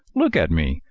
look at me!